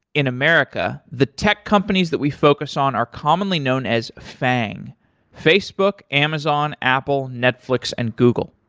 in america, the tech companies that we focus on are commonly known as faang facebook, amazon, apple, netflix and google.